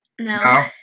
no